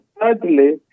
thirdly